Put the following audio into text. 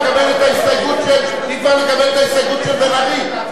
נקבל את ההסתייגות של בן-ארי,